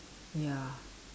ya